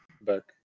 Book